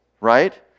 right